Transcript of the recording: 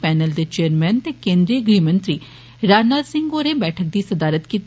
panel दे chairman ते केन्द्रीय गृहमंत्री राज नाथ सिंह होरें बैठक दी सदारत कीती